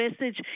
message